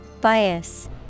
Bias